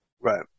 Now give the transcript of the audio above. Right